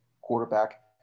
quarterback